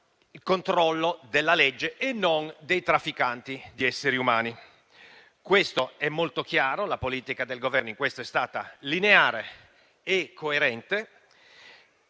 al controllo della legge e non dei trafficanti di esseri umani. Questo è molto chiaro e la politica del Governo in ciò è stata lineare e coerente.